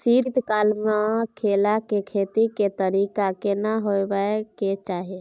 शीत काल म केला के खेती के तरीका केना होबय के चाही?